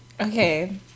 Okay